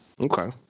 Okay